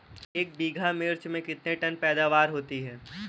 एक बीघा मिर्च में कितने टन पैदावार होती है?